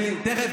תכף,